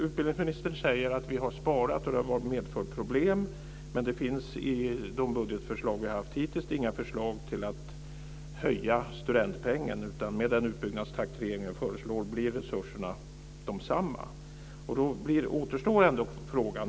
Utbildningsministern säger att vi har sparat och att det har medfört problem, men i de budgetförslag vi har sett hittills har det inte funnits några förslag om att höja studentpengen. Med den utbyggnadstakt som regeringen föreslår blir resurserna desamma.